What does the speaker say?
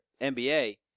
NBA